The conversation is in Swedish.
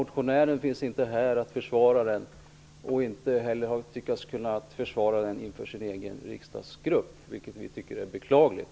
Motionären är inte här för att försvara motionen och har tydligen inte heller lyckats försvara den inför sin egen riksdagsgrupp, vilket vi tycker är beklagligt.